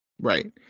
right